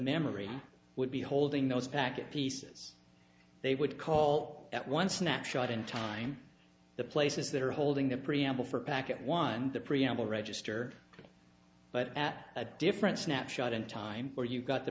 memory would be holding those packet pieces they would call that one snapshot in time the places that are holding the preamble for packet one the preamble register but at a different snapshot in time or you've got the